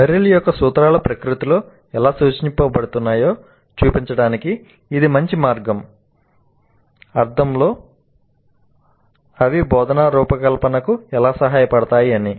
Merrill యొక్క సూత్రాలు ప్రకృతిలో ఎలా సూచించబడుతున్నాయో చూపించడానికి ఇది మంచి మార్గం అర్థంలో అవి బోధన రూపకల్పనకు ఎలా సహాయపడతాయి అని